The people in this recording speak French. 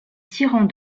tirant